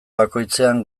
bakoitzean